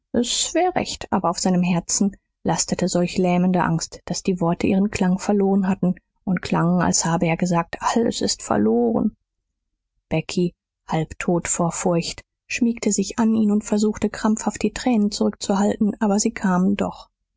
wäre recht aber auf seinem herzen lastete solch lähmende angst daß die worte ihren klang verloren hatten und klangen als habe er gesagt alles ist verloren becky halbtot vor furcht schmiegte sich an ihn und versuchte krampfhaft die tränen zurückzuhalten aber sie kamen doch